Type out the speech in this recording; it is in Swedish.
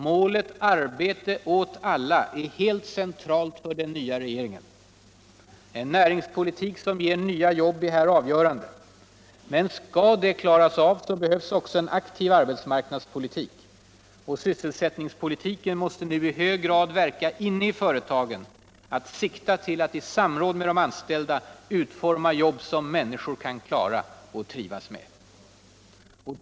Målet arbete åt alla är helt centralt för den nya regeringen. En näringspoliuuk som ger nya jobb är här avgörande. Men skall det klaras av behövs också en aktiv arbetsmarknadspolitik, Och sysselsättningspolitiken måste nu i hög grad verka inne I företagen, sikta till att I samråd med de anställda utforma jobb som människor kan klara och trivas med.